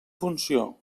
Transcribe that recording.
funció